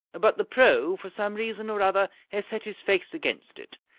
but the pro for some reason or other has set his face against it.